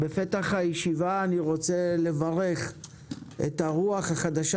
בפתח הישיבה אני רוצה לברך את הרוח החדשה